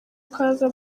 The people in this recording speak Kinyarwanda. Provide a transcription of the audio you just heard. ukaza